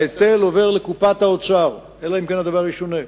ההיטל עובר לקופת האוצר, אלא אם כן הדבר ישונה.